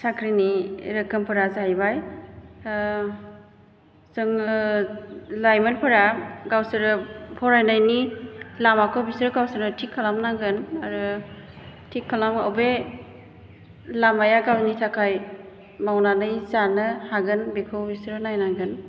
साख्रिनि रोखोमफोरा जाहैबाय जोङो लाइमोनफोरा गावसोरो फरायनायनि लामाखौ बिसोरो गावसोरनो थि खालामनांगोन आरो थिख खालामो बे लामाया गावनि थाखाय मावनानै जानो हागोन बेखौ बिसोरो नायनांगोन